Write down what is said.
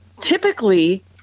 typically